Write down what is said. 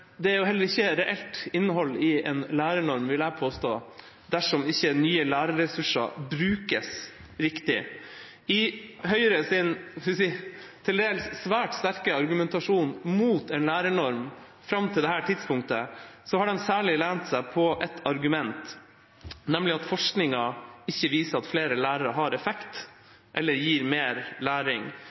det er heller ikke reelt innhold i en lærernorm, vil jeg påstå, dersom ikke nye lærerressurser brukes riktig. I Høyres – skal vi si – til dels svært sterke argumentasjon mot en lærernorm fram til dette tidspunktet har de særlig lent seg på ett argument, nemlig at forskningen ikke viser at flere lærere har effekt eller gir mer læring.